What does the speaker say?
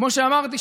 כמו שאמרתי,